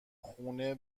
خونه